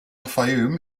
fayoum